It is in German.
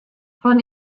von